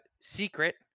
Secret